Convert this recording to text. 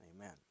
amen